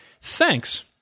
Thanks